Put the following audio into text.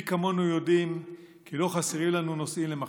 מי כמונו יודעים כי לא חסרים לנו נושאים למחלוקת.